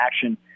action